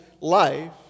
life